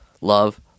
Love